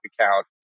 account